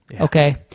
Okay